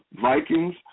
Vikings